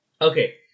Okay